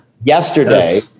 Yesterday